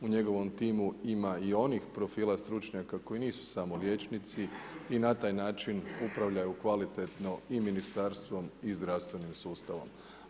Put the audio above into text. U njegovom timu ima i onih profila, stručnjaka koji nisu samo liječnici i na taj način upravljaju kvalitetnom i ministarstvom i zdravstvenim sustavom.